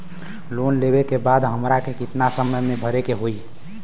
Loan लेवे के बाद हमरा के कितना समय मे भरे के होई?